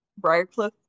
briarcliff